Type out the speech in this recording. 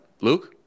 Luke